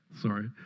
sorry